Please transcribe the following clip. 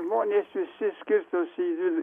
žmonės visi skirstosi į dvi